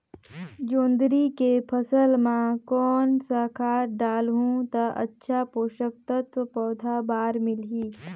जोंदरी के फसल मां कोन सा खाद डालहु ता अच्छा पोषक तत्व पौध बार मिलही?